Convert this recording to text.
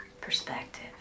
perspective